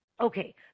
Okay